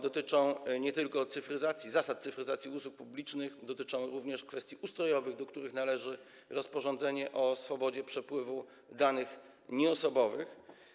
Dotyczą one nie tylko zasad cyfryzacji usług publicznych, ale również kwestii ustrojowych, do których należy rozporządzenie o swobodzie przepływu danych nieosobowych.